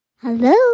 Hello